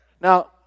Now